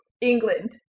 England